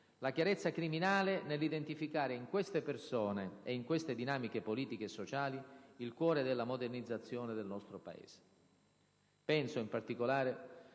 la chiarezza criminale nell'identificare in queste persone e in queste dinamiche politiche e sociali il cuore della modernizzazione del nostro Paese. Penso, in particolare,